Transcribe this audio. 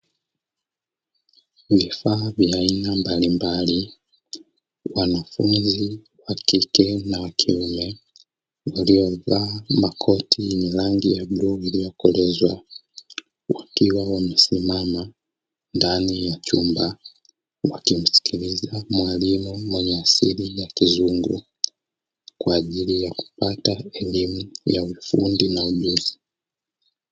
Vifaa vya aina mbalimbali, wanafunzi wa kike na wa kiume waliovaa makoti yenye rangi ya bluu iliyokolezwa. Wakiwa wamesimama ndani ya chumba wakimsikiliza mwalimu mwenye asili ya kizungu, Kwa ajili ya kupata elimu ya ufundi na ujuzi.